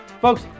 Folks